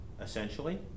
essentially